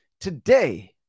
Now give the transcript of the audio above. today